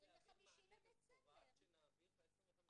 להעביר מענה מפורט שנעביר ב-25 בדצמבר.